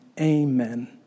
amen